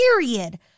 period